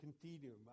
continuum